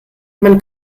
man